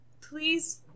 Please